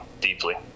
deeply